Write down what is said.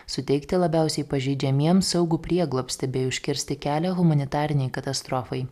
suteikti labiausiai pažeidžiamiems saugų prieglobstį bei užkirsti kelią humanitarinei katastrofai